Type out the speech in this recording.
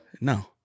no